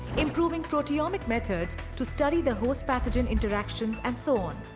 improving proteomic methods to study the host pathogen interactions and so on.